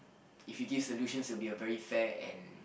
if you give solutions it will be a very fair and